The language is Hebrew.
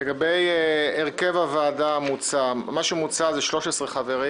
לגבי הרכב הוועדה המוצע - מה שמוצע זה 13 חברים: